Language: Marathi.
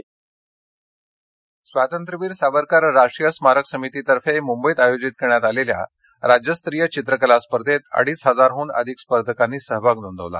चित्रकला स्पर्धा मंबई पश्चिम स्वातंत्र्यवीर सावरकर राष्ट्रीय स्मारक समितीतर्फे मुंबईमध्ये आयोजित करण्यात आलेल्या राज्यस्तरीय चित्रकला स्पर्धेत अडीच हजारहून अधिक स्पर्धकांनी सहभाग नोंदवला